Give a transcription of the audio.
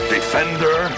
Defender